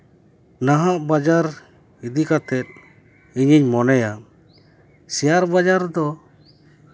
ᱱᱟᱦᱟᱜ ᱵᱟᱡᱟᱨ ᱤᱫᱤ ᱠᱟᱛᱮᱫ ᱤᱧᱤᱧ ᱢᱚᱱᱮᱭᱟ ᱥᱮᱭᱟᱨ ᱵᱟᱡᱟᱨ ᱫᱚ